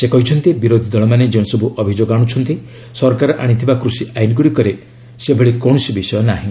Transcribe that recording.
ସେ କହିଛନ୍ତି ବିରୋଧୀ ଦଳମାନେ ଯେଉଁସବୁ ଅଭିଯୋଗ ଆଣୁଛନ୍ତି' ସରକାର ଆଣିଥିବା କୃଷି ଆଇନ୍ଗୁଡ଼ିକରେ ସେଭଳି କୌଶସି ବିଷୟ ନାହିଁ